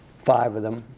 five of them,